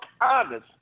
honest